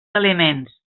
elements